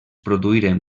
produïren